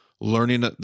learning